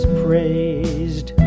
praised